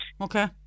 okay